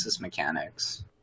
mechanics